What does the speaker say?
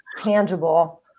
tangible